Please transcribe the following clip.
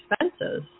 expenses